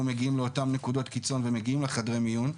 מגיעים לאותן נקודות קיצון ומגיעים לחדרי מיון.